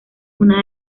una